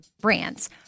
brands